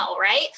Right